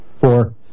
Four